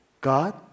God